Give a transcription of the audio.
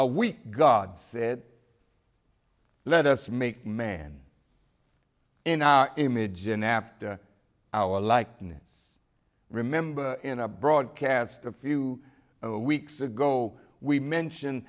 a week god said let us make man in our image and after our likeness remember in a broadcast a few weeks ago we mention